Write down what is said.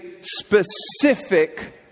specific